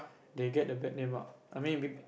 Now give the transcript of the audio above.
they get the bad name ah I mean